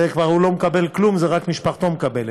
אז הוא כבר לא מקבל כלום, רק משפחתו מקבלת,